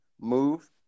move